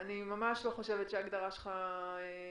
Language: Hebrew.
אני ממש לא חושבת שההגדרה שלך נכונה.